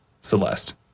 Celeste